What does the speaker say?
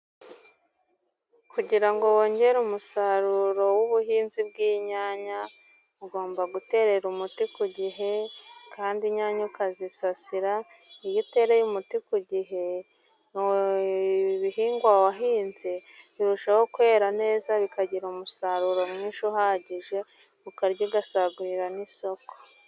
Kugira ngo wongere umusaruro w'ubuhinzi bw'inyanya ugomba guterera umuti ku gihe kandi inyanya ukazisasira. Iyo utereye umuti ku gihe mu bihingwa wahinze, birushaho kwera neza bikagira umusaruro mwinshi uhagije, ukarya ugasagurira n'isoko.